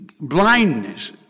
blindness